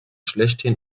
schlechthin